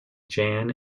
jan